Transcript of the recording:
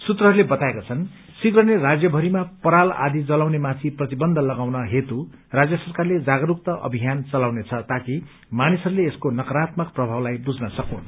सूत्रहरूले बताएका छन् शीघ्र नै राज्य भरिमा पराल आदि जलाउनेमाथि प्रतिबन्ध लगाउन हेतू राज्य सरकारले जागरूकता अभियान चलाउनेछ ताकि मानिसहरूले यसको नकारात्मक प्रभावलाई बुझन सकून्